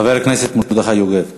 חבר הכנסת מרדכי יוגב.